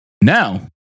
Now